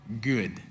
good